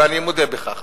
ואני מודה בכך,